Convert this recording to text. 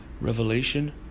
revelation